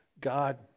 God